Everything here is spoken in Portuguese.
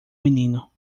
menino